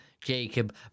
Jacob